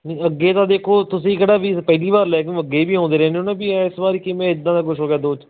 ਨਹੀਂ ਅੱਗੇ ਤਾਂ ਦੇਖੋ ਤੁਸੀਂ ਕਿਹੜਾ ਵੀ ਪਹਿਲੀ ਵਾਰ ਲੈਣੀ ਅੱਗੇ ਵੀ ਆਉਂਦੇ ਰਹਿੰਦੇ ਹੋ ਨਾ ਵੀ ਇਸ ਵਾਰ ਕਿਵੇਂ ਇੱਦਾਂ ਦਾ ਕੁਛ ਹੋ ਗਿਆ